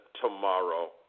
tomorrow